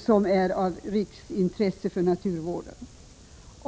som är av riksintresse för naturvården.